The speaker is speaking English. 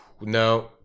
No